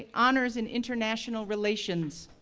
honors in international relations,